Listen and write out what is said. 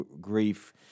grief